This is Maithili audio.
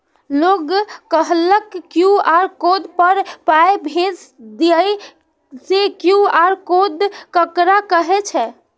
लोग कहलक क्यू.आर कोड पर पाय भेज दियौ से क्यू.आर कोड ककरा कहै छै?